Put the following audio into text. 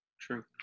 true